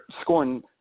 scoring